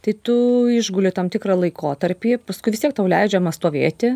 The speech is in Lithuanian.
tai tu išguli tam tikrą laikotarpį paskui vis tiek tau leidžiama stovėti